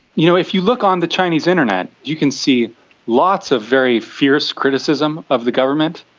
you know, if you look on the chinese internet, you can see lots of very fierce criticism of the government.